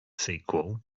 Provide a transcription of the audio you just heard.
sequel